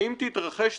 אם תתרחש תקלה,